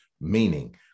Meaning